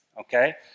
Okay